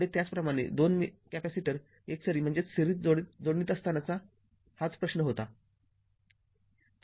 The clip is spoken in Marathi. पुढे त्याचप्रमाणे २ कॅपेसिटर एकसरी जोडणीत असताना हाच प्रश्न होता